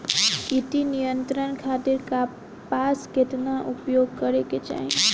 कीट नियंत्रण खातिर कपास केतना उपयोग करे के चाहीं?